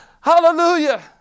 Hallelujah